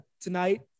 tonight